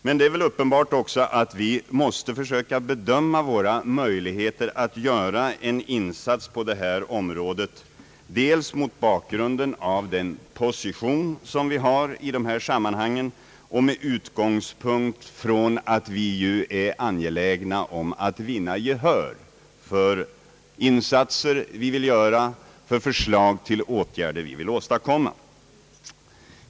Men det är väl också uppenbart att vi måste försöka bedöma våra möjligheter att göra en insats på detta område både mot bakgrunden av den position som vi här har och med utgångspunkt från att vi är angelägna om att vinna gehör för de insatser vi vill göra i samband med förslag till önskvärda åtgärder.